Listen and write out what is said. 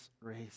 race